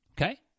Okay